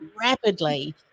rapidly